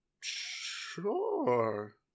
Sure